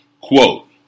Quote